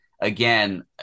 again